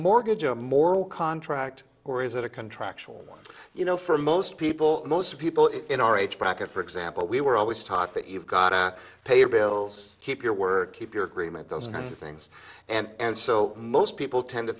mortgage a moral contract or is it a contractual you know for most people most people in our age bracket for example we were always taught that you've gotta pay your bills keep your word keep your agreement those kinds of things and so most people tend to